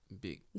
Big